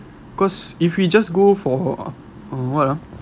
cause if we just go for uh what ah